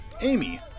Amy